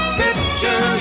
picture